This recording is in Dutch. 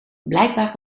blijkbaar